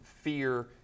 fear